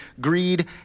greed